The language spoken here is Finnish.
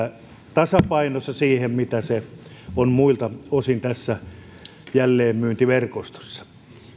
tasapainossa sen kanssa mitä se on muilta osin jälleenmyyntiverkostossa